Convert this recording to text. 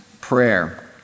prayer